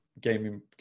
gaming